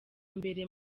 imbere